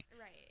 Right